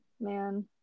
man